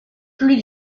plus